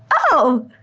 oh.